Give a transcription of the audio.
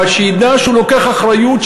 אבל שידע שהוא לוקח אחריות,